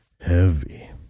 heavy